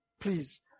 Please